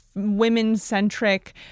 Women-centric